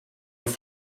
auf